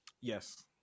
Yes